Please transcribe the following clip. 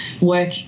work